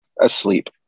asleep